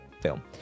film